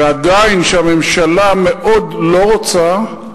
ועדיין, כשהממשלה מאוד לא רוצה,